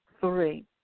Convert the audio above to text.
Three